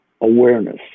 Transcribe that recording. awareness